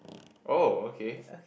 oh okay